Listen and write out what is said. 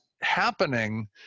happening